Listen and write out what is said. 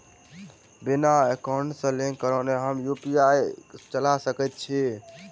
बिना एकाउंट सँ लिंक करौने हम यु.पी.आई चला सकैत छी?